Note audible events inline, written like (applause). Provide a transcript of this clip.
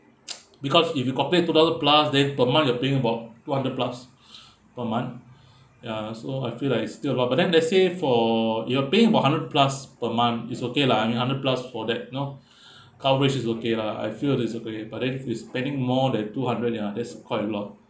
(noise) because if you compared two thousand plus then per month you are paying about two hundred plus (breath) per month (breath) ya so I feel like it's still a lot but then let's say for you are paying about one hundred plus per month is okay lah I'm hundred plus for that you know (breath) coverage is okay lah I feel that it's okay but then if you're spending more than two hundred ya that's quite a lot